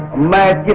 mad.